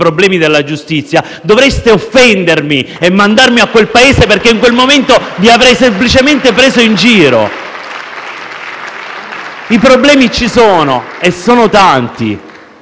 problemi della giustizia, dovreste offendermi e mandarmi a quel paese, perché in quel momento vi avrei semplicemente preso in giro. *(Applausi dal Gruppo M5S)*.